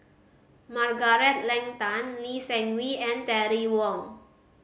Margaret Leng Tan Lee Seng Wee and Terry Wong